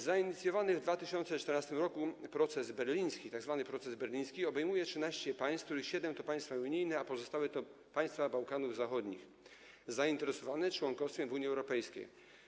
Zainicjowany w 2014 r. tzw. proces berliński obejmuje 13 państw, z których 7 to państwa unijne, a pozostałe to państwa Bałkanów Zachodnich zainteresowane członkostwem w Unii Europejskiej.